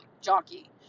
jockey